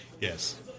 Yes